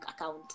account